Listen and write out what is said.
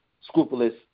scrupulous